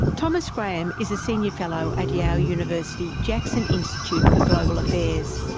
thomas graham is a senior fellow at yale university jackson institute for global affairs,